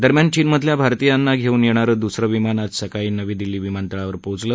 दरम्यान चीनमधल्या भारतीयांना धेऊन येणारं दुसरं विमान आज सकाळी नवी दिल्ली विमानतळावर पोचलं